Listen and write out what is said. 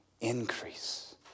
increase